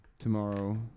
Tomorrow